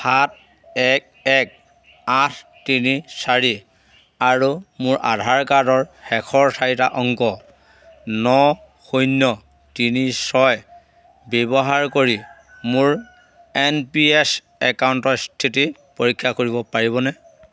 সাত এক এক আঠ তিনি চাৰি আৰু মোৰ আধাৰ কাৰ্ডৰ শেষৰ চাৰিটা অংক ন শূন্য তিনি ছয় ব্যৱহাৰ কৰি মোৰ এন পি এছ একাউণ্টৰ স্থিতি পৰীক্ষা কৰিব পাৰিবনে